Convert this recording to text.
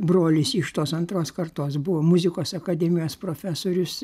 brolis iš tos antros kartos buvo muzikos akademijos profesorius